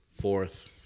Fourth